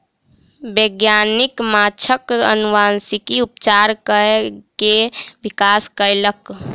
वैज्ञानिक माँछक अनुवांशिक उपचार कय के विकास कयलक